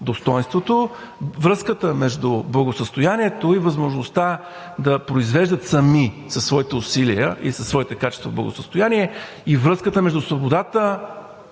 достойнството, връзката между благосъстоянието и възможността да произвеждат сами със своите усилия и със своите качества благосъстояние, и връзката между свободата